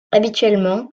habituellement